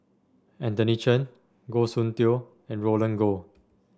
Anthony Chen Goh Soon Tioe and Roland Goh